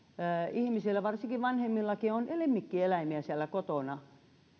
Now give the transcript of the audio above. ihmisillä varsinkin vanhemmillakin on lemmikkieläimiä siellä kotona